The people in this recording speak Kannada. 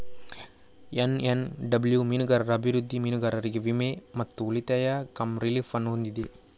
ಎನ್.ಎಸ್.ಡಬ್ಲ್ಯೂ ಮೀನುಗಾರರ ಅಭಿವೃದ್ಧಿ, ಮೀನುಗಾರರಿಗೆ ವಿಮೆ ಮತ್ತು ಉಳಿತಾಯ ಕಮ್ ರಿಲೀಫ್ ಅನ್ನು ಹೊಂದಿದೆ